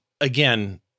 Again